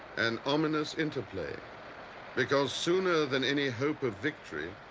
an ominous interplay because sooner than any hope of victory,